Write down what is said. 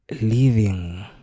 Living